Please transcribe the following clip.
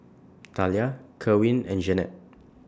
Talia Kerwin and Jeanette